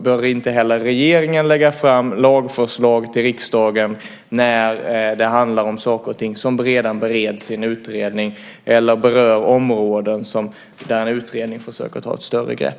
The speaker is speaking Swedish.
Bör inte heller regeringen lägga fram lagförslag för riksdagen när det handlar om saker och ting som redan bereds i en utredning eller berör områden där en utredning försöker ta ett större grepp?